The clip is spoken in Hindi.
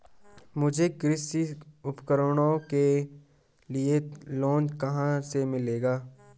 मुझे कृषि उपकरणों के लिए लोन कहाँ से मिलेगा?